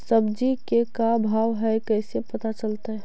सब्जी के का भाव है कैसे पता चलतै?